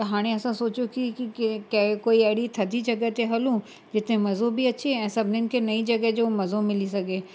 त हाणे असां सोचियो कि कि कै कै कोई अहिड़ी थधी जॻहि ते हलूं जिते मज़ो बि अचे ऐं सभिनीनि खे नईं जॻहि जो मज़ो मिली सघे